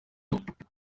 yibitseho